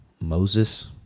Moses